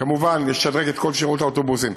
כמובן, נשדרג את כל שירות האוטובוסים.